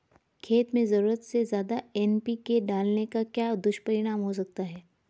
खेत में ज़रूरत से ज्यादा एन.पी.के डालने का क्या दुष्परिणाम हो सकता है?